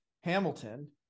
Hamilton